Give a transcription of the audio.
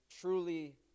truly